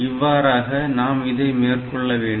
இவ்வாறாக நாம் இதை மேற்கொள்ள வேண்டும்